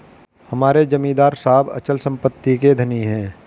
हमारे जमींदार साहब अचल संपत्ति के धनी हैं